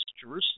Jerusalem